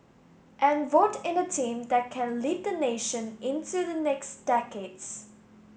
and vote in a team that can lead the nation into the next decades